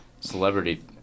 celebrity